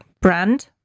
brand